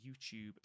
YouTube